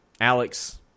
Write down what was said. Alex